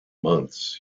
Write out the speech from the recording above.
months